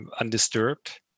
undisturbed